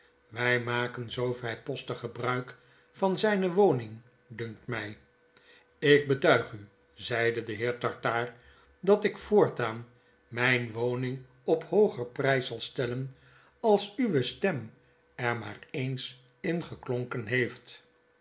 wy maken zoo vrijpostig gebruik van zrjne woning dunkt my lk betuig u zeide de heer tartaar dat ik voortaan myn woning op hooger prys zal stellen als uwe stem er maar eens in geklonken heeft